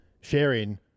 sharing